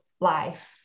life